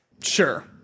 Sure